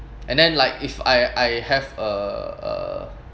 and then like if I I have uh uh